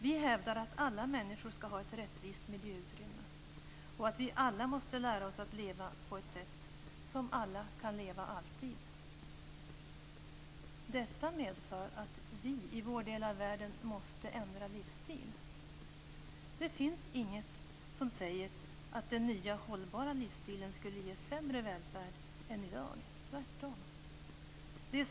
Vi hävdar att alla människor skall ha ett rättvist miljöutrymme och att vi alla måste lära oss att leva på ett sätt som alla kan leva på alltid. Detta medför att vi i vår del av världen måste ändra livsstil. Det finns inget som säger att den nya hållbara livsstilen skulle ge sämre välfärd än i dag, tvärtom.